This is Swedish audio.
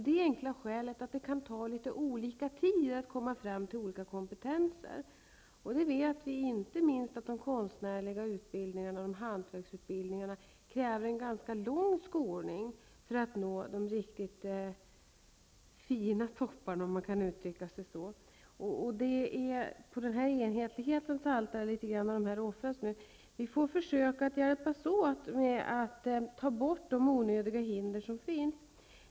Det kan ta olika lång tid att nå olika kompetenser. Vi vet att det inte minst inom de konstnärliga utbildningarna och hantverksutbildningarna krävs en ganska lång skolning för att eleverna skall nå de verkliga höjderna. Dessa offras nu i viss mån på enhetlighetens altare. Vi får försöka att hjälpas åt att ta bort de onödiga hinder som finns.